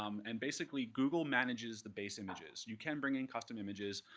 um and basically, google manages the base images. you can bring in custom images.